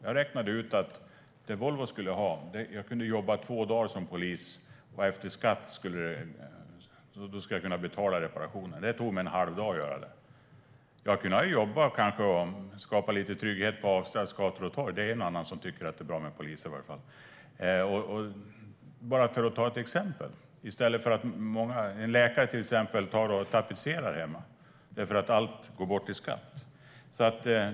Med det som Volvo skulle ha räknade jag ut att jag behövde jobba två dagar som polis och då efter skatt kunde betala reparationen. Det tog mig en halv dag att göra jobbet. Jag kunde ha jobbat och kanske skapat lite trygghet på gator och torg - det är i alla fall en och annan som tycker att det är bra med poliser. Detta är bara ett exempel. En läkare kanske tapetserar hemma, eftersom allt går bort i skatt.